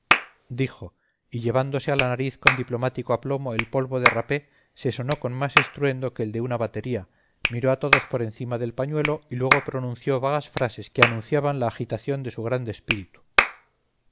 dijo y llevándose a la nariz con diplomático aplomo el polvo de rapé se sonó con más estruendo que el de una batería miró a todos por encima del pañuelo y luego pronunció vagas frases que anunciaban la agitación de su grande espíritu